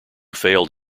failed